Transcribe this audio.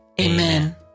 Amen